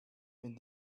wenn